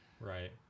Right